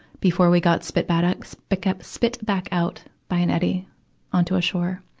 before we got spit bat out, spik ap, spit back out by an eddy onto a shore.